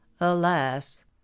alas